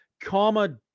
comma